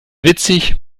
witzig